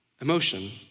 emotion